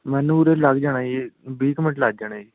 ਮੈਨੂੰ ਉਰੇ ਲੱਗ ਜਾਣਾ ਜੀ ਵੀਹ ਕੁ ਮਿੰਟ ਲੱਗ ਜਾਣੇ ਜੀ